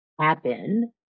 happen